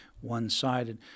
one-sided